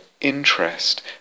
interest